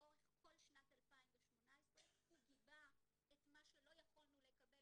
לאורך כל שנת 2018 הוא גיבה את מה שלא יכולנו לקבל